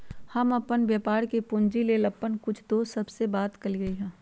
हम अप्पन व्यापार के पूंजी लेल अप्पन कुछ दोस सभ से बात कलियइ ह